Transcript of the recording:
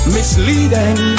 Misleading